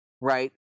right